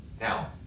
Now